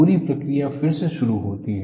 पूरी प्रक्रिया फिर से शुरू होती है